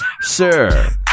Sir